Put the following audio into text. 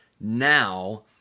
now